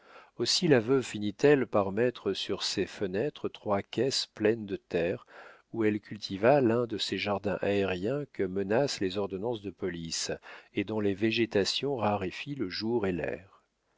aussi la veuve finit elle par mettre sur ses fenêtres trois caisses pleines de terre où elle cultiva l'un de ces jardins aériens que menacent les ordonnances de police et dont les végétations raréfient le jour et l'air